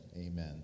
Amen